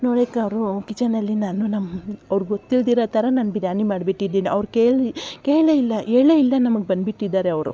ನೋಡೊಕ್ಕೆ ಅವರು ಕಿಚನಲ್ಲಿ ನಾನು ನಮ್ಮ ಅವರ ಗೊತ್ತಿಲ್ದಿರ ಥರ ನಾನು ಬಿರ್ಯಾನಿ ಮಾಡ್ಬಿಟ್ಟಿದ್ದೀನಿ ಅವ್ರು ಕೇಳ್ ಕೇಳೇ ಇಲ್ಲ ಹೇಳೇ ಇಲ್ದೆ ನಮಗೆ ಬಂದುಬಿಟ್ಟಿದ್ದಾರೆ ಅವರು